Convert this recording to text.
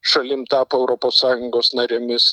šalim tapo europos sąjungos narėmis